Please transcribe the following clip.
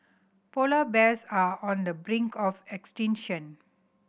polar bears are on the brink of extinction